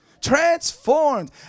transformed